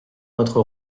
notre